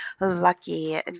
lucky